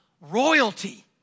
Royalty